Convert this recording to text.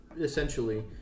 essentially